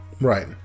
Right